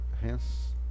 hence